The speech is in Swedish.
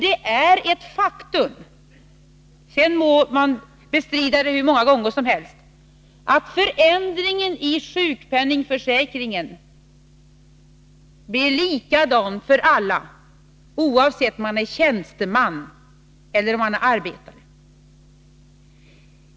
Det är ett faktum — det må bestridas hur många gånger som helst — att förändringen i sjukpenningförsäkringen blir likadan för alla, oavsett om man är tjänsteman eller om man är arbetare.